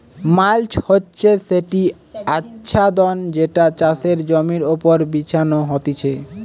mulch হচ্ছে সেটি আচ্ছাদন যেটা চাষের জমির ওপর বিছানো হতিছে